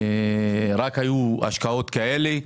רק היו השקעות כאלה.